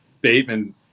Bateman